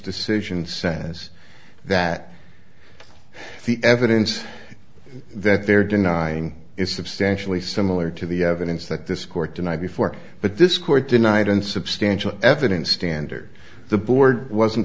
decision says that the evidence that they're denying is substantially similar to the evidence that this court tonight before but this court denied in substantial evidence standard the board wasn't